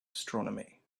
astronomy